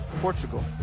Portugal